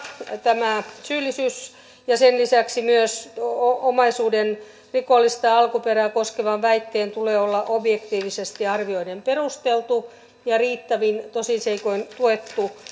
tämä syyllisyys ja sen lisäksi myös omaisuuden rikollista alkuperää koskevan väitteen tulee olla objektiivisesti arvioiden perusteltu ja riittävin tosiseikoin tuettu